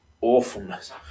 awfulness